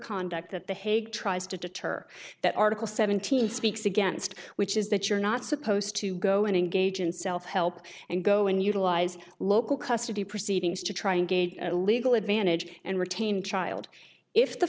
conduct that the hague tries to deter that article seventeen speaks against which is that you're not supposed to go and engage in self help and go and utilize local custody proceedings to try and gauge the legal advantage and retain child if the